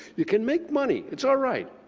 you can make money. it's all right,